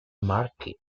market